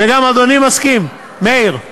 וגם אדוני מסכים, מאיר?